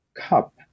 cup